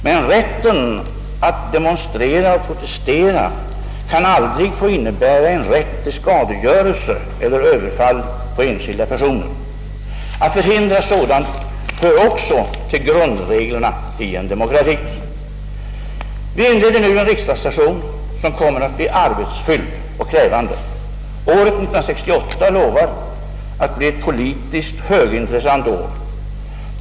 Men rätten att demonstrera och protestera kan aldrig få innebära en rätt till skadegörelse eller överfall på enskilda personer. Att förhindra sådant hör också till grundreglerna i en demokrati. Vi inleder nu en riksdagssession, som kommer att bli arbetsfylld och krävande. Året 1968 lovar att bli ett politiskt högintressant år.